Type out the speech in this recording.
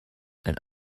and